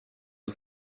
who